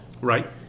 right